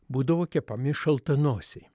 būdavo kepami šaltanosiai